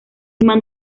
imán